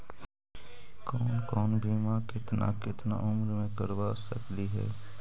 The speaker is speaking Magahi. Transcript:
कौन कौन बिमा केतना केतना उम्र मे करबा सकली हे?